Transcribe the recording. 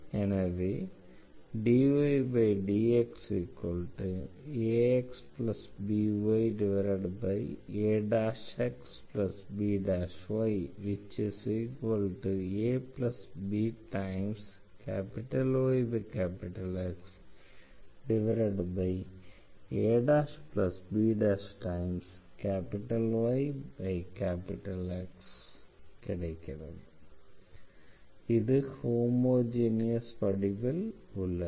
எனவே ⟹dYdXaXbYaXbYabYXabYX இது ஹோமோஜெனஸ் சமன்பாடு வடிவில் உள்ளது